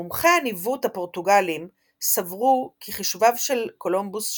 מומחי הניווט הפורטוגלים סברו כי חישוביו של קולומבוס שגויים,